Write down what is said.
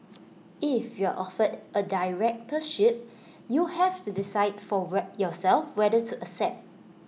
if you are offered A directorship you have to decide for yourself whether to accept